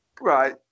right